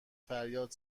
فریاد